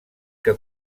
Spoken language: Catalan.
que